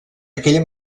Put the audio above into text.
aquella